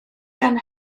gan